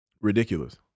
Ridiculous